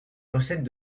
recettes